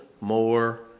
more